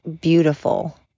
beautiful